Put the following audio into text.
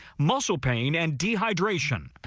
muscle pain and dehydration.